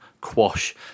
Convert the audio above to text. quash